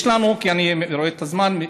יש לנו, אני רואה את הזמן.